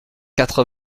quatre